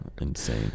Insane